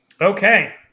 Okay